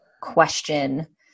question